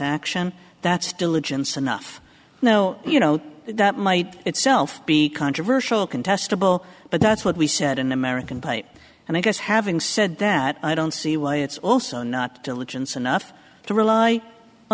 action that's diligence enough no you know that might itself be controversial contestable but that's what we said in american bite and i guess having said that i don't see why it's also not diligence enough to rely o